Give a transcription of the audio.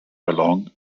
along